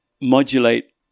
modulate